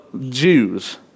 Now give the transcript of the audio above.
Jews